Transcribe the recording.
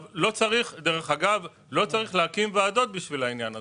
לא צריך להקים ועדות לעניין הזה,